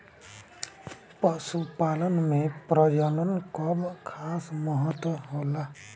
पशुपालन में प्रजनन कअ खास महत्व होला